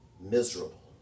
miserable